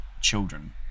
children